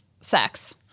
sex